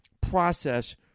process